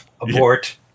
Abort